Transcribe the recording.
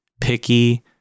picky